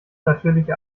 natürliche